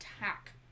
attack